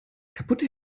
kaputte